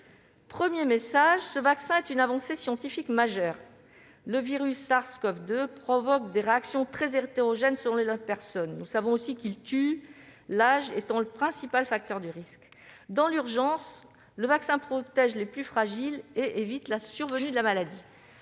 Premièrement, ce vaccin constitue une avancée scientifique majeure. Le SARS-CoV-2 provoque des réactions très hétérogènes selon les personnes. Nous savons aussi qu'il tue, l'âge étant le principal facteur de risque. Dans l'urgence, le vaccin protège les plus fragiles et évite la survenue de la maladie.